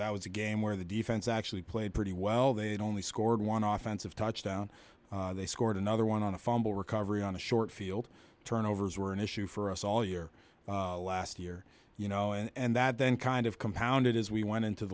that was a game where the defense actually played pretty well they'd only scored one off ends of touchdown they scored another one on a fumble recovery on the short field turnovers were an issue for us all year last year you know and that then kind of compounded as we went into